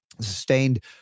sustained